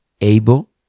able